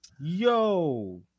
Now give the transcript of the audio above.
yo